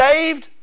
saved